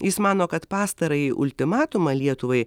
jis mano kad pastarąjį ultimatumą lietuvai